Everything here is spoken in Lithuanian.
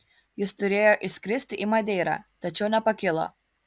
jis turėjo išskristi į madeirą tačiau nepakilo